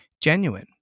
genuine